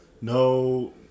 no